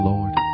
Lord